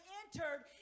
entered